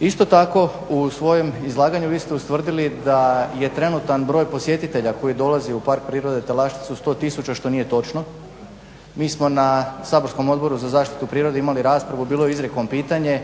Isto tako u svom izlaganju vi ste ustvrdili da je trenutan broj posjetitelja koji dolazi u Park prirode Talaščicu 100 tisuća što nije točno. Mi smo na saborskom Odbor za zaštitu prirode imali raspravu i bilo je izrijekom pitanje,